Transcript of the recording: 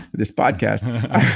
this podcast